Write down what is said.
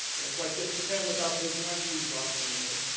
and quite get to ten without taking my shoes off anymore.